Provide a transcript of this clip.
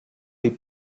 les